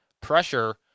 Pressure